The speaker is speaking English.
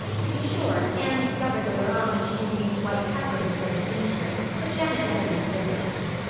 to be sure, anne discovered later on that she had used white pepper instead of ginger but janet never knew the difference.